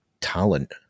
talent